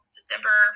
December